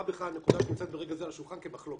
בכלל הנקודה שנמצאת ברגע זה על השולחן כמחלוקת,